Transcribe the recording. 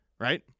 Right